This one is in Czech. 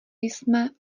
jsme